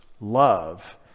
love